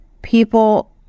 People